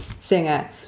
singer